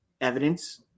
evidence